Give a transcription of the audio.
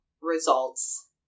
results